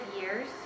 years